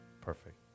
perfect